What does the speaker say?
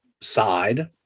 side